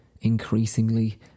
increasingly